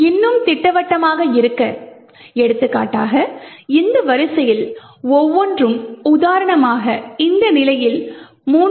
இன்னும் திட்டவட்டமாக இருக்க எடுத்துக்காட்டாக இந்த வரிசையில் ஒவ்வொன்றும் உதாரணமாக இந்த நிலையில் 3